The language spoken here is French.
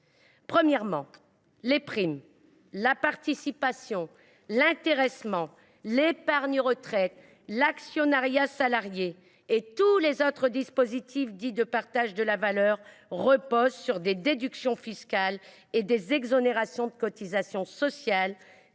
Premièrement, les primes, la participation, l’intéressement, l’épargne retraite, l’actionnariat salarié et tous les autres dispositifs dits « de partage » de la valeur reposent sur des déductions fiscales et des exonérations de cotisations sociales